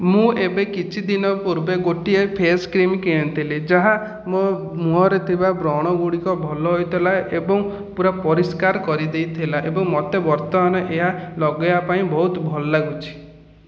ମୁଁ ଏବେ କିଛି ଦିନ ପୂର୍ବେ ଗୋଟିଏ ଫେସ୍ କ୍ରିମ୍ କିଣିଥିଲି ଯାହା ମୋ ମୁଁହରେ ଥିବା ବ୍ରଣ ଗୁଡ଼ିକ ଭଲ ହୋଇଥିଲା ଏବଂ ପୂରା ପରିସ୍କାର କରିଦେଇଥିଲା ଏବଂ ମୋତେ ବର୍ତ୍ତମାନ ଏହା ଲଗାଇବା ପାଇଁ ବହୁତ ଭଲ ଲାଗୁଛି